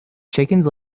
chickens